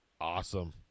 Awesome